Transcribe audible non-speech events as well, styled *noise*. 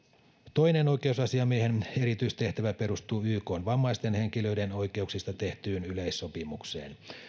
toinen oikeusasiamiehen erityistehtävä perustuu ykn vammaisten henkilöiden oikeuksista tehtyyn yleissopimukseen *unintelligible*